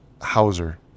Hauser